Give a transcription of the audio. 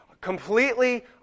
completely